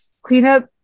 Cleanup